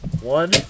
One